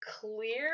clear